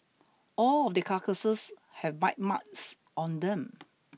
all of the carcasses have bite marks on them